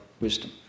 wisdom